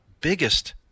biggest